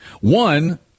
one